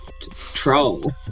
troll